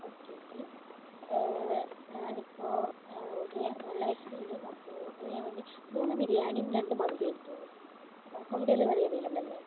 okay okay ഞാൻ ഇപ്പോൾ order ചെയ്യാൻ നല്ല വിശപ്പുണ്ട് അപ്പോൾ ഓർഡർ ചെയ്യാൻ വേണ്ടി മൂന്ന് ബിരിയാണിയും രണ്ടു മന്തിയും എടുത്തോളു ഹോം ഡെലിവറി അവൈലബിൾ അല്ലേ